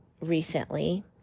recently